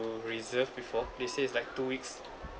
reserve before they say it's like two weeks